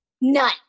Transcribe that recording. none